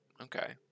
Okay